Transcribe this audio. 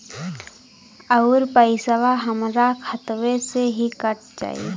अउर पइसवा हमरा खतवे से ही कट जाई?